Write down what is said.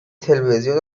تلویزیون